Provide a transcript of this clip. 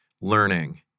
learning